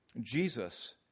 Jesus